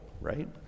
right